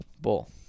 Bull